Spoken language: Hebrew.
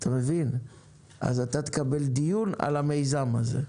אז אתה תקבל דיון על המיזם הזה.